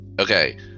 Okay